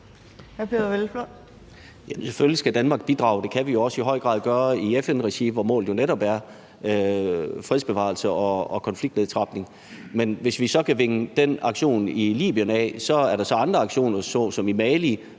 selvfølgelig skal Danmark bidrage. Det kan vi jo også i høj grad gøre i FN-regi, hvor målet netop er fredsbevarelse og konfliktnedtrapning. Men hvis vi så kan vinge den aktion i Libyen af, er der andre aktioner såsom i Mali,